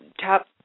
top